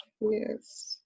Yes